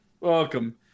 welcome